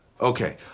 Okay